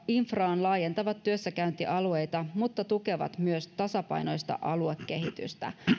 infraan laajentavat työssäkäyntialueita mutta tukevat myös tasapainoista aluekehitystä